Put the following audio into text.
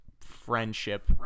friendship